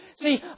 See